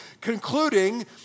concluding